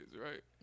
right